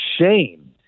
shame